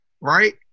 right